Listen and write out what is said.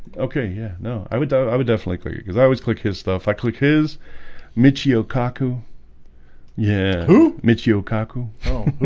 okay, yeah, no i would i would definitely clear because i always click his stuff. i click his michio kaku yeah, whoo, michio kaku oh